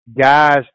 guys